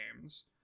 games